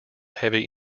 heavy